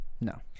No